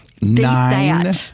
Nine